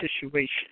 situation